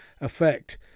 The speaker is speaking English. effect